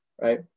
right